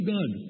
God